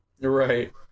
Right